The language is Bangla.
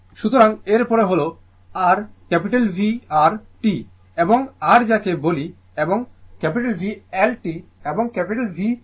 সুতরাং এরপরে হল r VR t এবং r যাকে বলি এবং VL t এবং VC t